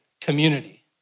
community